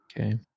Okay